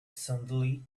suddenly